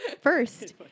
First